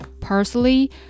parsley